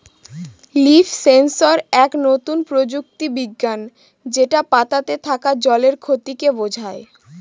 leaf sensor এক নতুন প্রযুক্তি বিজ্ঞান যেটা পাতাতে থাকা জলের ক্ষতিকে বোঝায়